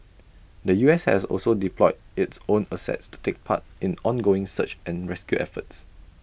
the U S has also deployed its own assets to take part in ongoing search and rescue efforts